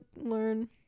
learn